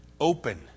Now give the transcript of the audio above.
open